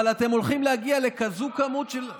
אבל אתם הולכים להגיע לכזאת כמות של,